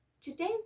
today's